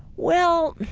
well,